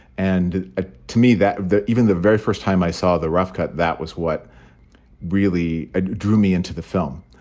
and ah to me that even the very first time i saw the rough cut, that was what really ah drew me into the film.